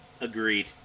Agreed